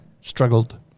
struggled